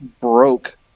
broke